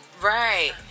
Right